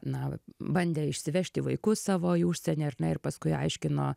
na bandė išsivežti vaikus savo į užsienį ar ne ir paskui aiškino